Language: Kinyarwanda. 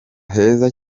heza